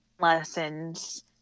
lessons